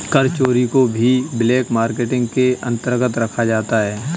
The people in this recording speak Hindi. कर चोरी को भी ब्लैक मार्केटिंग के अंतर्गत रखा जाता है